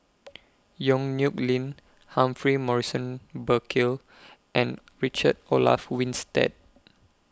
Yong Nyuk Lin Humphrey Morrison Burkill and Richard Olaf Winstedt